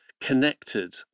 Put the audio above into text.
connected